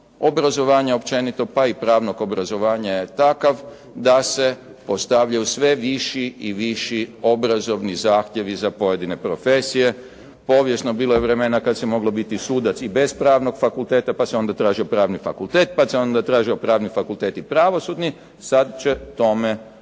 obrazovanja općenito, pa i pravnog obrazovanja je takav da se postavljaju sve viši i viši obrazovni zahtjevi za pojedine profesije, povijesno bilo je vremena kada se moglo biti sudac i bez pravnog fakulteta, pa se onda tražio pravni fakultet, pa se onda tražio pravni fakultete i pravosudni, sada će tome biti